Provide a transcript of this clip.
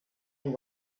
and